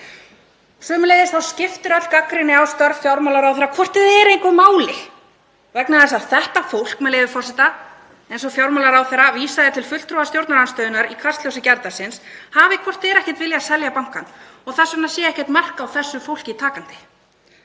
Sömuleiðis þá skiptir öll gagnrýni á störf fjármálaráðherra hvort eð er engu máli vegna þess að „þetta fólk“, með leyfi forseta, eins og fjármálaráðherra vísaði til fulltrúa stjórnarandstöðunnar í Kastljósi gærdagsins, hafi hvort eð er ekkert vilja selja bankann og þess vegna sé ekkert mark á þessu fólki takandi.